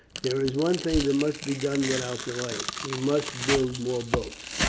there is one thing that must be done without delay we must build more boats.